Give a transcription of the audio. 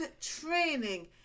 training